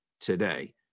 today